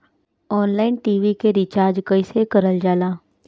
Online TV के recharge कईसे करल जाला?